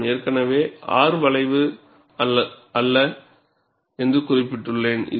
நான் ஏற்கனவே R வளைவு அல்ல என்று குறிப்பிட்டுள்ளேன்